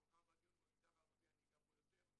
אבל מאחר שהדיון הוא במגזר הערבי אני אגע בו יותר,